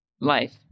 life